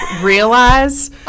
realize